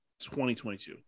2022